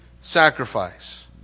sacrifice